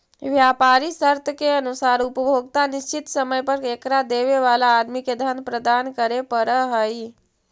व्यापारी शर्त के अनुसार उपभोक्ता निश्चित समय पर एकरा देवे वाला आदमी के धन प्रदान करे पड़ऽ हई